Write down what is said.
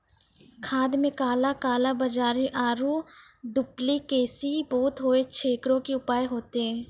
खाद मे काला कालाबाजारी आरु डुप्लीकेसी बहुत होय छैय, एकरो की उपाय होते?